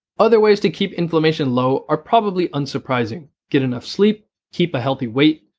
other ways to keep inflammation low are probably unsurprising get enough sleep, keep a healthy weight,